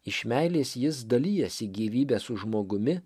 iš meilės jis dalijasi gyvybe su žmogumi